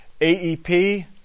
AEP